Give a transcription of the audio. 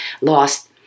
lost